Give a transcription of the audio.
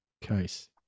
case